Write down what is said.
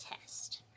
test